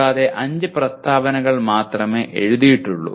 കൂടാതെ 5 പ്രസ്താവനകൾ മാത്രമേ എഴുതിയിട്ടുള്ളൂ